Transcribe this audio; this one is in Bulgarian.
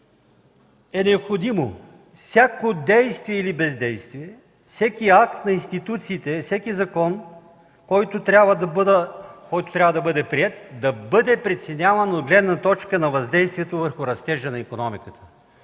е необходимо всяко действие или бездействие, всеки акт на институциите, всеки закон, който трябва да бъде приет, да бъде преценяван от гледна точка на въздействието върху растежа на икономиката.